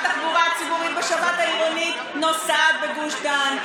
התחבורה הציבורית העירונית בשבת נוסעת בגוש דן,